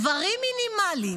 דברים מינימליים,